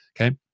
Okay